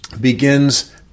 begins